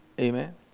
Amen